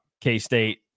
K-State